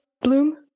bloom